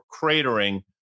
cratering